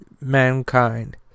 mankind